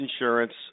insurance